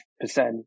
percent